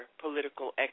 political